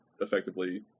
effectively